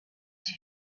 too